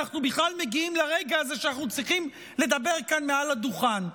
אנחנו בכלל מגיעים לרגע הזה שאנחנו צריכים לדבר כאן מעל הדוכן.